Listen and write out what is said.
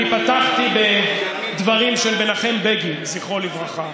אני פתחתי בדברים של מנחם בגין, זכרו לברכה,